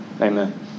Amen